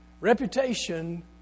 Reputation